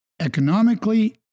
economically